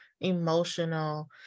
emotional